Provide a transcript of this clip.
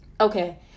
okay